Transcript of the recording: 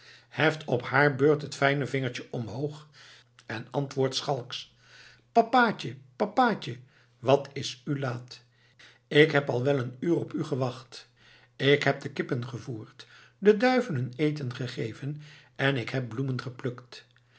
heft op haar beurt het fijne vingertje omhoog en antwoordt schalks papaatje papaatje wat is u laat ik heb al wel een uur op u gewacht k heb de kippen gevoerd de duiven hun eten gegeven en ik heb bloemen geplukt